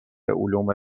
علوم